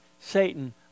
Satan